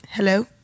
hello